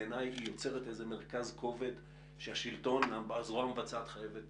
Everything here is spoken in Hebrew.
בעיניי זה יוצר מרכז כובד של שלטון והזרוע המבצעת חייבת